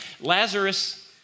Lazarus